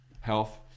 health